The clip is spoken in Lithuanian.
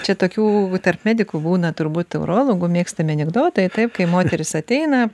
čia tokių tarp medikų būna turbūt urologų mėgstami anekdotai taip kai moteris ateina